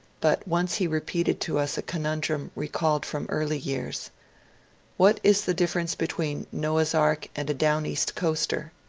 but once he repeated to us a conundrum recalled from early years what is the difference between noah's ark and a down-east coaster?